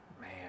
Man